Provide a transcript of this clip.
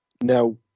now